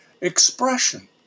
expression